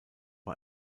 war